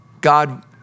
God